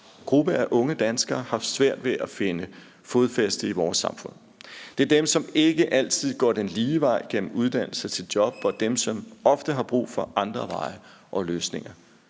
gruppe af unge danskere haft svært ved at finde fodfæste i vores samfund. Det er dem, som ikke altid går den lige vej gennem uddannelse til job, og dem, som ofte har brug for andre veje og løsninger.